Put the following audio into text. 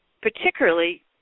particularly